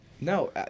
No